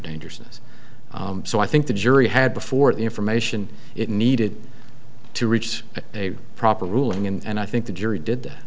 dangerousness so i think the jury had before the information it needed to reach a proper ruling and i think the jury did